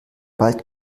bald